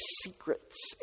secrets